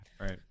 Right